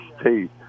State